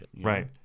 Right